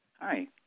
Hi